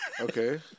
Okay